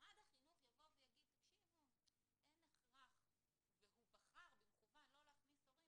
שמשרד החינוך יבוא ויאמר שאין הכרח והוא בחר במכוון לא להכניס הורים?